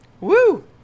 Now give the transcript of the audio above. Woo